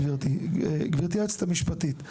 גבירתי היועצת המשפטית,